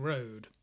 Road